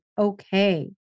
okay